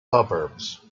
suburbs